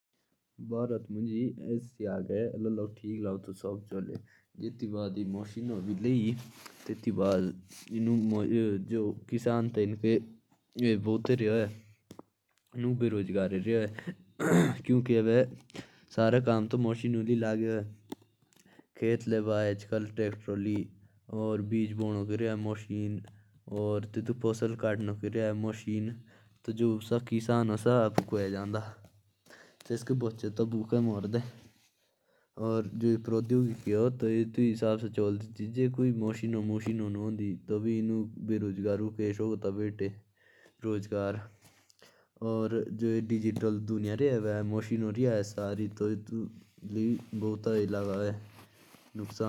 जैसे अभी जो अगर खेतों में गेहूँ होरे तो उनको काटने के लिए मशीन आ गई ह। और पहले सारा काम आदमी करते थे। और इससे आदमी और बेरोजगार हो गया ह।